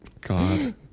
God